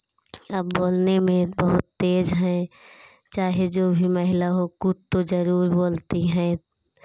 अब बोलने में बहुत तेज़ हैं चाहे जो भी महिला हो कुछ तो तो ज़रूर बोलती हैं